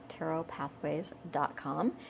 tarotpathways.com